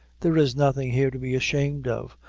there is nothing here to be ashamed of.